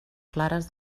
clares